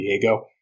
Diego